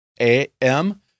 A-M